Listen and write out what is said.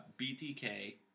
btk